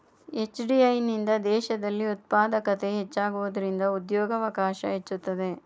FDI ನಿಂದ ದೇಶದಲ್ಲಿ ಉತ್ಪಾದಕತೆ ಹೆಚ್ಚಾಗುವುದರಿಂದ ಉದ್ಯೋಗವಕಾಶ ಹೆಚ್ಚುತ್ತದೆ